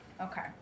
Okay